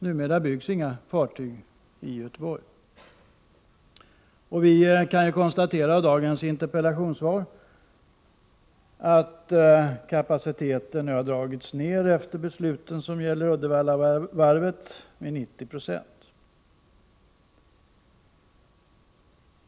Numera byggs inga fartyg i Göteborg. Vi kan konstatera av dagens interpellationssvar att kapaciteten har dragits ner, efter de beslut som gäller Uddevallavarvet, med 90 96.